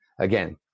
Again